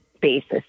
basis